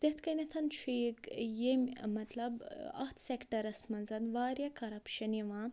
تِتھ کٔنٮ۪تھ چھُ یہِ ییٚمہِ مطلب اَتھ سِٮ۪کٹَرَس منٛز واریاہ کَرپشَن یِوان